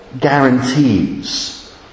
guarantees